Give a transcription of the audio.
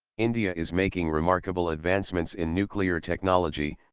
india is making remarkable advancements in nuclear technology,